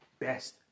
best